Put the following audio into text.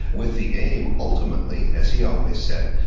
with the aim, ultimately, as he always said,